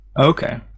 Okay